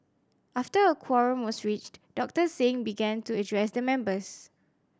after a quorum was reached Doctor Singh began to address the members